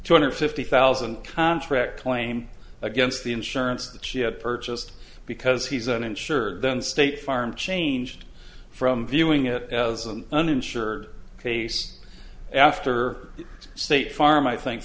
two hundred fifty thousand contract lame against the insurance that she had purchased because he's an insurer then state farm changed from viewing it as an uninsured case after state farm i think